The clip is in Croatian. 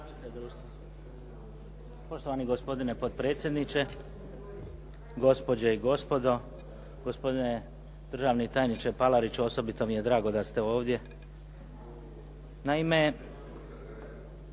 Poštovani gospodine potpredsjedniče, gospođe i gospodo, gospodine državni tajniče Palariću osobito mi je drago da ste ovdje. Naime,